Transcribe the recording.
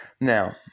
Now